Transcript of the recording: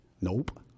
nope